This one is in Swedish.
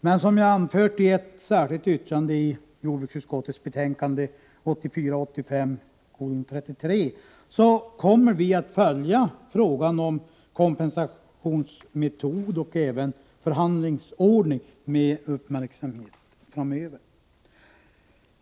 Men som jag anfört i ett särskilt yttrande i jordbruksutskottets betänkande 1984/85:33 kommer vi att följa frågan om kompensationsmetod och även förhandlingsordning med uppmärksamhet framöver.